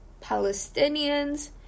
Palestinians